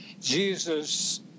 Jesus